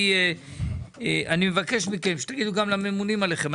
אני מבקש מכם שתגידו גם לממונים עליכם,